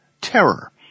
terror